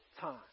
time